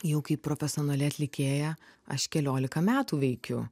jau kaip profesionali atlikėja aš keliolika metų veikiu